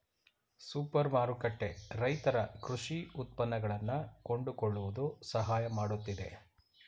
super ಮಾರುಕಟ್ಟೆ ರೈತರ ಕೃಷಿ ಉತ್ಪನ್ನಗಳನ್ನಾ ಕೊಂಡುಕೊಳ್ಳುವುದು ಸಹಾಯ ಮಾಡುತ್ತಿದೆ